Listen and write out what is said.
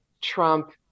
Trump